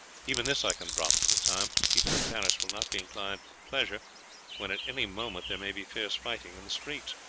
even this i can drop for a time, for the people of paris will not be inclined for pleasure when at any moment there may be fierce fighting in the streets.